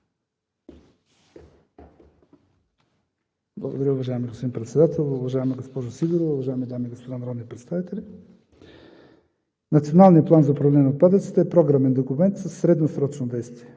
Благодаря. Уважаеми господин Председател, уважаема госпожо Сидорова, уважаеми дами и господа народни представители! Националният план за управление на отпадъците е програмен документ със средносрочно действие,